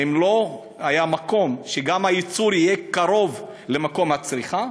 האם לא היה מקום שהייצור גם יהיה קרוב למקום הצריכה?